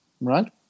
right